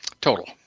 Total